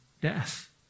death